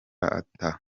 ata